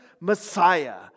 Messiah